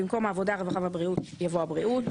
במקום "העבודה הרווחה ציוד רפואיוהבריאות" יבוא "הבריאות".